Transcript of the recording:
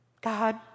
God